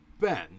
Ben